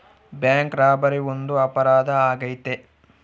bank robbery ಒಂದು ಅಪರಾಧ ಆಗೈತೆ